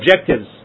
objectives